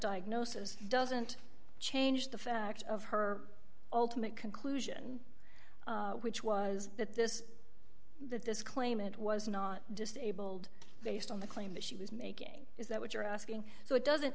diagnosis doesn't change the fact of her ultimate conclusion which was that this that this claim it was not disabled based on the claim that she was making is that what you're asking so it doesn't